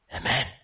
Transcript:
Amen